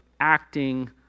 acting